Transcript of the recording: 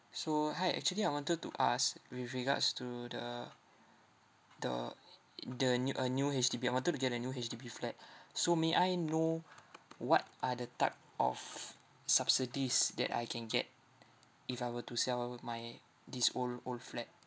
so hi actually I wanted to ask with regards to the the the new a new H_D_B I wanted to get a new H_D_B flat so may I know what are the type of subsidies that I can get if I were to sell my this old old flat